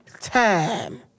time